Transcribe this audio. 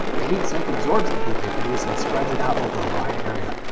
the heat sink absorbs the heat they produce, and spreads it out over a wide area.